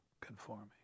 conforming